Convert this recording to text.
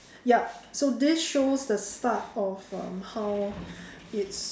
yup so this shows the start of um how it's